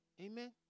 Amen